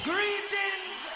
Greetings